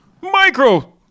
Micro